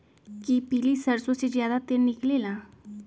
कि पीली सरसों से ज्यादा तेल निकले ला?